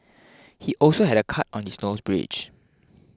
he also had a cut on his nose bridge